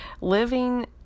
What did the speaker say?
living